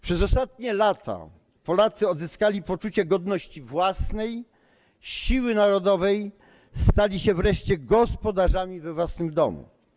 Przez ostatnie lata Polacy odzyskali poczucie godności własnej, siły narodowej, stali się wreszcie gospodarzami we własnym domu.